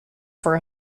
for